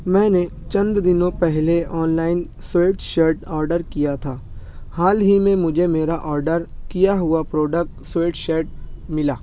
میں نے چند دنوں پہلے online sweatshirt order کیا تھا حال ہی میں مجھے میرا آڈر کیا ہوا پروڈکٹ سوئٹ شرٹ ملا